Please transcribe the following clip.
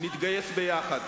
נתגייס יחד.